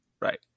Right